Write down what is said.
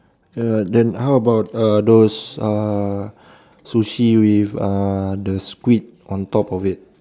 ah then how about uh those uh sushi with uh the squid on top of it